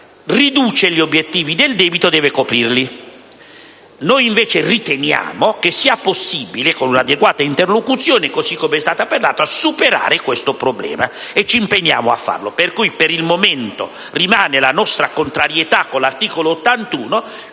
riduce gli obiettivi del debito e deve coprirli. Noi invece riteniamo possibile, attraverso una adeguata interlocuzione, così come è stato già fatto, superare il problema, e ci impegniamo a farlo. Pertanto, per il momento rimane la nostra contrarietà in base all'articolo 81.